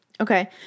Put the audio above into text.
Okay